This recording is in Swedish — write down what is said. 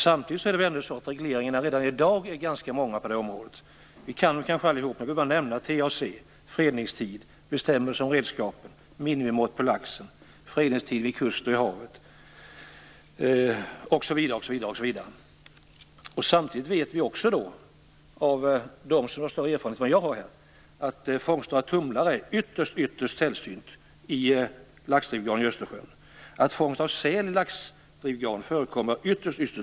Samtidigt är regleringarna redan i dag ganska många på detta område. Jag behöver bara nämna TAC, bestämmelser om redskap, minimimått på lax, fredningstid vid kust och i havet, osv. De som har större erfarenhet än jag har säger att fångster av tumlare är ytterst sällsynta i laxdrivgarn i Östersjön. Fångsten av säl i laxdrivgarn förekommer ytterst sällan.